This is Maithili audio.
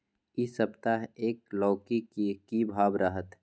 इ सप्ताह एक लौकी के की भाव रहत?